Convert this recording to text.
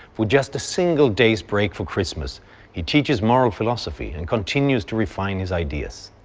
with just a single day's break for christmas he teaches moral philosophy and continues to refine his ideas.